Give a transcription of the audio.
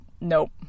nope